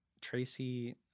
Tracy